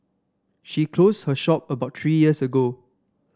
she closed her shop about three years ago